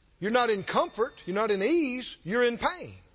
you're not in comfort, you're not in ease, you're in pain.